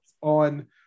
on